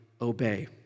obey